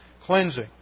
cleansing